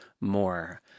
more